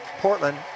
Portland